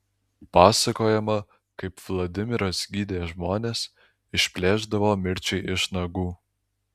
pasakojama kaip vladimiras gydė žmones išplėšdavo mirčiai iš nagų